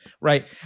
right